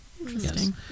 Interesting